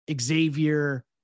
Xavier